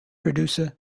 producer